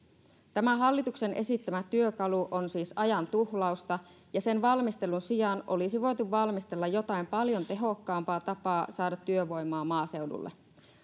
tämä hallituksen esittämä työkalu on siis ajantuhlausta ja sen valmistelun sijaan olisi voitu valmistella jotain paljon tehokkaampaa tapaa saada työvoimaa maaseudulle